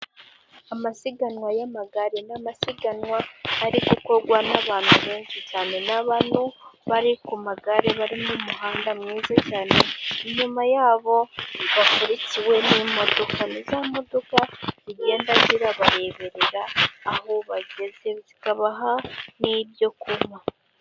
Amasiganwa y'amagare ni amasiganwa ari gukorwa n'abantu benshi cyane, ni abantu bari ku magare, bari mu muhanda mwiza cyane, inyuma yabo bakurikirikiwe n'imodoka. Ni za modoka zigenda zibareberera aho bageze, zikabaha n'ibyo kunywa.